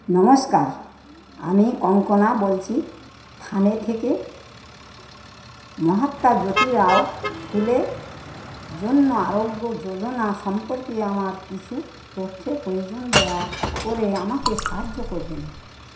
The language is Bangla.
নমস্কার আমি কঙ্কনা বলছি থানে থেকে মহাত্মা জ্যোতিরও ফুলে জন্য আরোগ্য যোজনা সম্পর্কে আমার কিছু তথ্যের প্রয়োজন দেয়া করে আমাকে সাহায্য করবেন